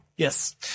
Yes